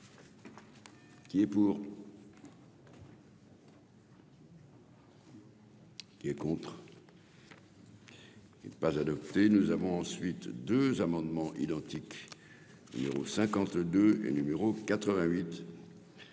Qui est pour. Qui est contre. Il est pas adopté, nous avons ensuite 2 amendements identiques numéro 52 et numéro 88